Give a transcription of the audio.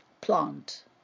plant